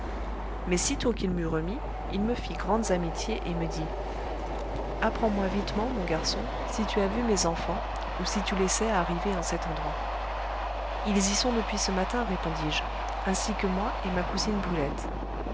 mais sitôt qu'il m'eut remis il me fit grandes amitiés et me dit apprends-moi vitement mon garçon si tu as vu mes enfants ou si tu les sais arrivés en cet endroit ils y sont depuis ce matin répondis-je ainsi que moi et ma cousine brulette